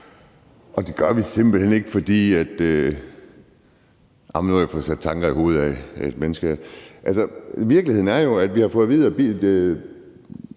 Det gør vi simpelt hen ikke, for – nu har jeg fået